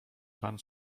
pan